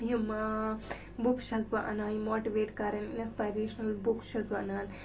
یِم مےٚ بُکُس چھَس بہٕ اَنان یِم ماٹُوِیٹ کَرَن اَنسپایِریشنَل بُکُس چھَس بہٕ اَنان